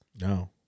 No